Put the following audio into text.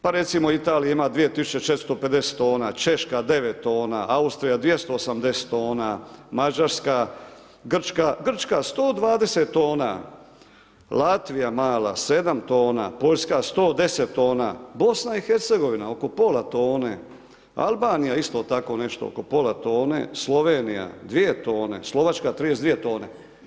Pa recimo Italija ima 2450 tona, Češka 9 tona, Austrija 280 tona, Mađarska, Grčka 120 tona, Latvija mala 7 tona, Poljska 110 tona, BiH oko pola tone, Albanija isto tako nešto oko pola tone, Slovenija 2 tone, Slovačka 32 tone.